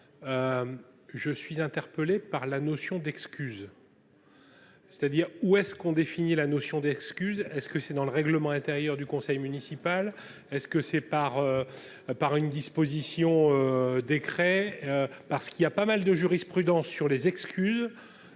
je suis interpellé par la notion d'excuses, c'est à dire où est-ce qu'on défini la notion d'excuses est-ce que c'est dans le règlement intérieur du conseil municipal, est ce que c'est par par une disposition décret parce qu'il a pas mal de jurisprudence sur les excuses